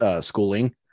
schooling